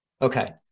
Okay